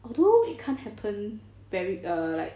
although it can't happen very err like